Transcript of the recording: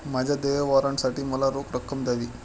माझ्या देय वॉरंटसाठी मला रोख रक्कम द्यावी